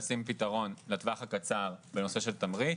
לתת פתרון לטווח הקצר בנושא של תמריץ,